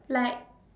like